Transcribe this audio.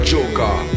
Joker